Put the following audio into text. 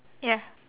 ya